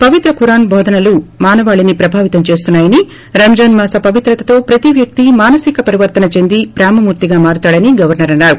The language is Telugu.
పవిత్ర ఖురాన్ బోధనలు మానవాళిని ప్రభావితం చేస్తున్నాయని రంజాన్ మాస పవిత్రతతో ప్రతి వ్యక్తి మానసిక పరివర్తన చెంది ప్రేమమూర్తిగా మారుతాడని గవర్సర్ అన్నారు